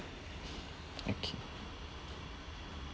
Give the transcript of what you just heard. okay